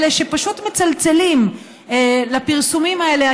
אלה שפשוט מצלצלים לפרסומים האלה,